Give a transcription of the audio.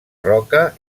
roca